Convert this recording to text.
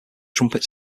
trumpet